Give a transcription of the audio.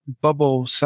bubble